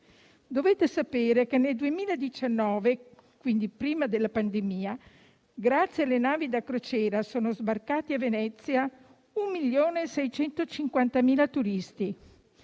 Dovete sapere che nel 2019, quindi prima della pandemia, grazie alle navi da crociera sono sbarcati a Venezia 1.650.000 turisti,